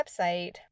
website